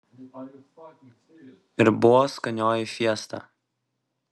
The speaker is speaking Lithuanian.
ir buvo skanioji fiesta